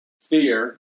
fear